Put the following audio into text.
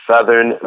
Southern